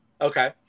Okay